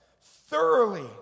thoroughly